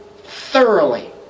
thoroughly